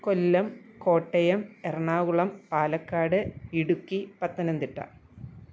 Kollam Kottayam Ernakulam Palakkad Idukki Pathanamthitta